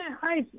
Hi